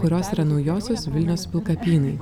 kurios yra naujosios vilnios pilkapynai